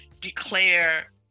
declare